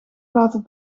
laten